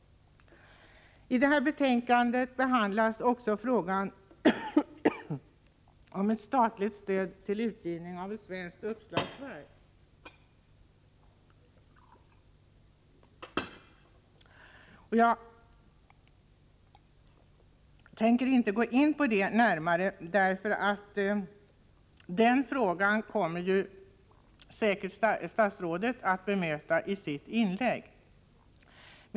I betänkandet behandlas också frågan om statligt stöd till utgivning av ett svenskt uppslagsverk. Jag tänker inte gå in på detta närmare. Den frågan kommer säkert statsrådet att ta uppi sitt inlägg.